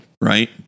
Right